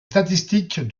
statistiques